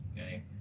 okay